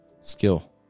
skill